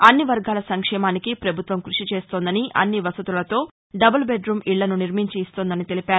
అన్నివర్గాల సంక్షేమానికి పభుత్వం కృషి చేస్తోందని అన్ని వసతులతో డబుల్ బెద్రూం ఇళ్ళను నిర్మించి ఇస్తోందని తెలిపారు